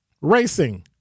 racing